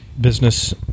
business